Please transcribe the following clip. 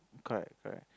correct correct